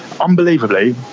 unbelievably